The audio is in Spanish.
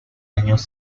años